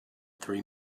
three